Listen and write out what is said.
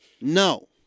No